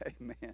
Amen